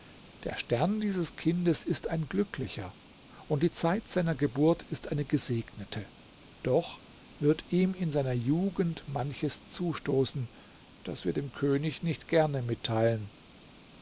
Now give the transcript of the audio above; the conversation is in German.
der stern dieses kindes ist ein glücklicher und die zeit seiner geburt ist eine gesegnete doch wird ihm in seiner jugend manches zustoßen das wir dem könig nicht gerne mitteilen